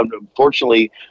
unfortunately